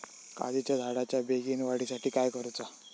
काजीच्या झाडाच्या बेगीन वाढी साठी काय करूचा?